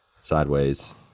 sideways